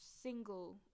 single